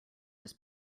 his